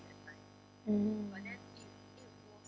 mm